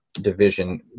division